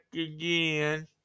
again